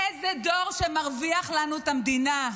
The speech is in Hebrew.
איזה דור שמרוויח לנו את המדינה,